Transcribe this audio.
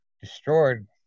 destroyed